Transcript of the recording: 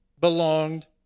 belonged